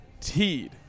Teed